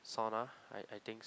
sauna I I think